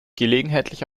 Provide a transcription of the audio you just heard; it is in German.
gelegentlich